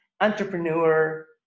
entrepreneur